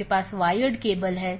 किया जाता है